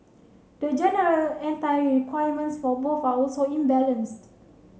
the general requirements for both are also imbalanced